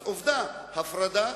אז עובדה, הפרדה